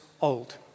old